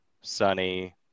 sunny